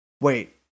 wait